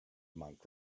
monk